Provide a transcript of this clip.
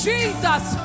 Jesus